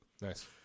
Nice